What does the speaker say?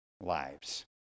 lives